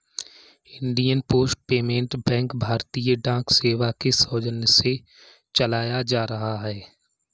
Indian post payment bank भारतीय डाक सेवा के सौजन्य से चलाया जा रहा है